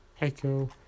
Echo